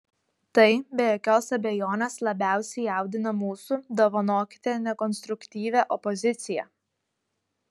tai be jokios abejonės labiausiai jaudina mūsų dovanokite nekonstruktyvią opoziciją